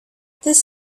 this